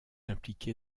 impliqué